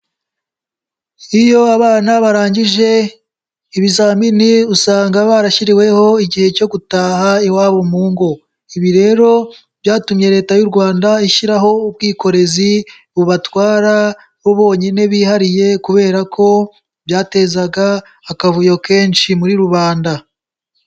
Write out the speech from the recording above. Iyo abana barangije, ibizamini usanga barashyiriweho igihe cyo gutaha iwabo mu ngo. Ibi rero byatumye Leta y'u Rwanda ishyiraho ubwikorezi bubatwara, bo bonyine bihariye kubera ko byatezaga akavuyo kenshi muri rubanda.